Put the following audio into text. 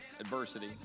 adversity